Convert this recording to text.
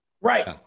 Right